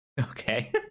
Okay